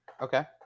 Okay